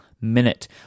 minute